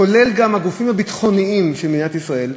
כולל גם הגופים הביטחוניים של מדינת ישראל,